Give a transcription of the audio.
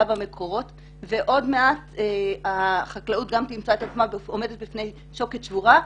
במקורות ועוד מעט החקלאות גם תמצא את עצמה עומדת בפני שוקת שבורה.